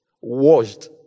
washed